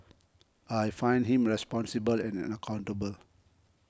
I find him responsible and an accountable